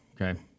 okay